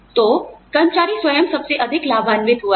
तो कर्मचारी स्वयं सबसे अधिक लाभान्वित हुआ है